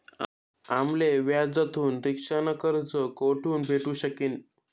आम्ले व्याजथून रिक्षा न कर्ज कोठून भेटू शकीन